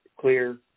clear